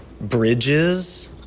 bridges